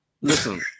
Listen